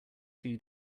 two